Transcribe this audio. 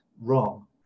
wrong